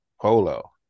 Polo